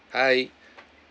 hi